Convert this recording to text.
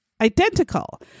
identical